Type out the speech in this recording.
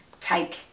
take